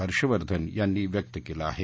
हर्षवर्धन यांनी व्यक्त केलं आहे